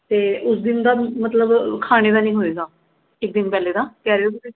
ਅਤੇ ਉਸ ਦਿਨ ਦਾ ਮਤਲਬ ਖਾਣੇ ਦਾ ਨਹੀਂ ਹੋਏਗਾ ਇਕ ਦਿਨ ਪਹਿਲੇ ਦਾ